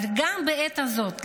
אך גם בעת הזו,